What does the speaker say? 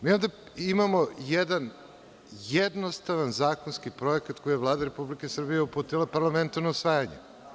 Mi ovde imamo jedan jednostavan zakonski projekat koji je Vlada Republike Srbije uputila parlamentu na usvajanje.